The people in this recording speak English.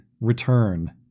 return